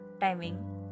timing